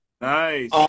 nice